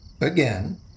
again